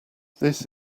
this